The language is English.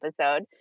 episode